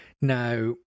Now